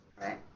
Right